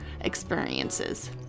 experiences